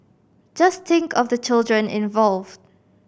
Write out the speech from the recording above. just think of the children involved